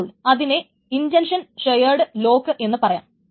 അപ്പോൾ അതിനെ intention shared lock എന്നു പറയാം